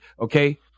okay